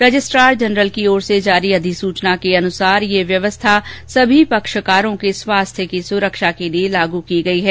registrar general की ओर से जारी अधिसूचना के अनुसार यह व्यवस्था समी पक्षकारों के स्वास्थ्य की सुरक्षा के लिए लागू की गई है